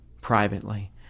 privately